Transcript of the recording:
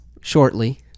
Shortly